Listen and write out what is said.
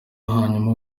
hanyuma